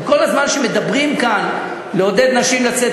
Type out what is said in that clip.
וכל הזמן מדברים כאן על עידוד נשים לצאת